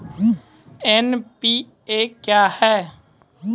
NPA क्या हैं?